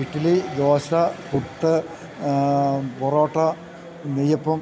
idli dosa puttu parotta നെയ്യപ്പം